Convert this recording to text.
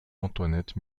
antoinette